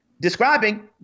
describing